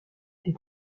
des